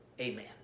amen